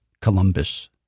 Columbus